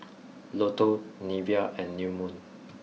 Lotto Nivea and New Moon